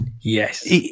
yes